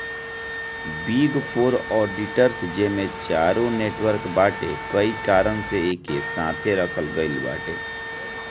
big four auditors जेमे चारो network बाटे कई कारण से एके साथे रखल गईल बाटे